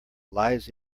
lies